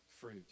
fruit